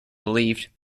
believed